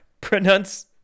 pronounce